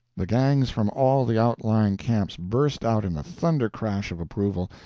the gangs from all the outlying camps burst out in a thunder-crash of approval,